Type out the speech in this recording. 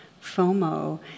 FOMO